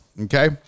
Okay